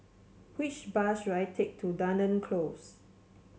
which bus should I take to Dunearn Close